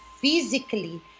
physically